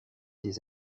des